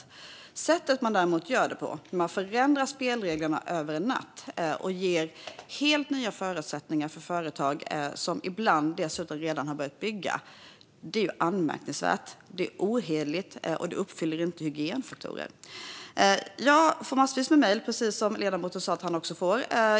Men sättet man gör det på - man förändrar spelreglerna över en natt och ger helt nya förutsättningar för företag som ibland dessutom redan har börjat bygga - är ju anmärkningsvärt. Det är ohederligt, och det uppfyller inte hygienfaktorer. Jag får massvis med mejl, precis som ledamoten sa att han också får.